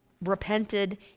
repented